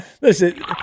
listen